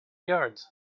yards